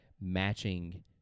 matching